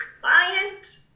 client